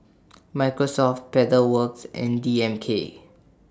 Microsoft Pedal Works and D M K